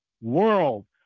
world